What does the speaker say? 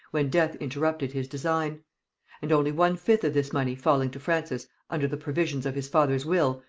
when death interrupted his design and only one-fifth of this money falling to francis under the provisions of his father's will,